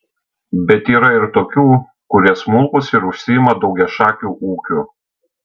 bet yra ir tokių kurie smulkūs ir užsiima daugiašakiu ūkiu